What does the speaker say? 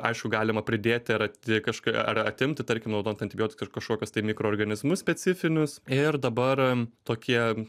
aišku galima pridėti ar ati kažk ar atimti tarkim naudojant antibiotikus ar kažkokius tai mikroorganizmus specifinius ir dabar am tokie